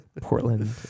Portland